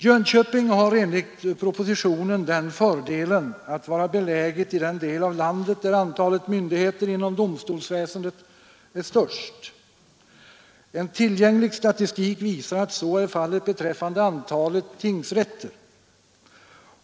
Jönköping har enligt propositionen den fördelen att vara beläget i den del av landet, där antalet myndigheter inom domstolsväsendet är störst. En tillgänglig statistik visar att så är fallet beträffande antalet tingsrätter.